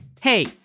Hey